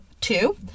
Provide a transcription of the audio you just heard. two